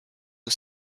aux